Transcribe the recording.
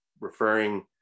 referring